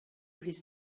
his